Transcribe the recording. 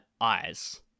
eyes